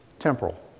Temporal